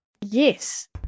Yes